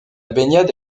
baignade